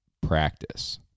practice